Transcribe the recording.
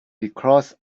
because